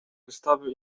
wystawy